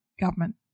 government